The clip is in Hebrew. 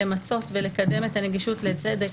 למצות ולקדם את הנגישות לצדק,